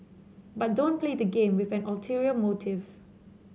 but don't play the game with an ulterior motive